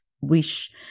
wish